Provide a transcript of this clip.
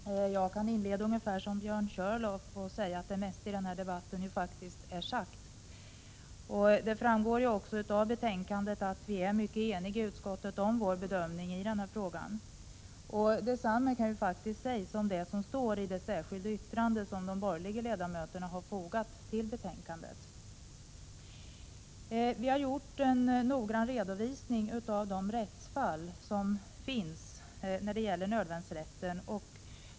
Herr talman! Jag kan inleda på ungefär samma sätt som Björn Körlof och säga att det mesta i den här debatten redan är sagt. Det framgår också av betänkandet att vi är mycket eniga i utskottet om vår bedömning i denna fråga. Detsamma kan faktiskt sägas om det som står i det särskilda yttrande som de borgerliga ledamöterna har fogat till betänkandet. Vi har gjort en noggrann redovisning av de rättsfall som finns när det gäller nödvärnsrätten.